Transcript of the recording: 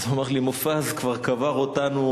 אז הוא אמר לי: מופז כבר קבר אותנו,